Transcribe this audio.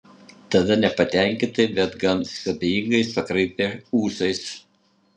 tada nepatenkintai bet gan abejingai pakraipė ūsais